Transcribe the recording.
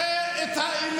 אתה לא יודע מה אתה אומר.